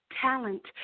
talent